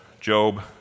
Job